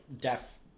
deaf